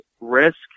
risk